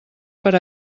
per